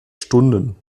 stunden